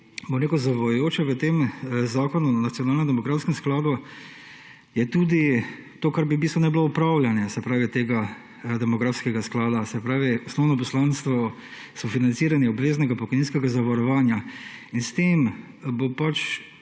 bom rekel, zavajajoče v tem zakonu o nacionalnem demografskem skladu je tudi to, kar bi v bistvu naj bilo upravljanje. Se pravi, tega demografskega sklada. Se pravi, osnovno poslanstvo sofinanciranje obveznega pokojninskega zavarovanja. In s tem bo pač